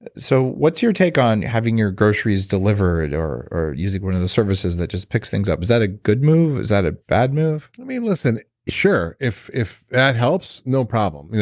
so what's your take on having your groceries delivered, or or using one of the services that just picks things up? is that a good move? is that a bad move? i mean listen, sure. if if that helps, no problem.